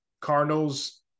cardinals